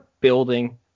building